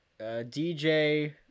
DJ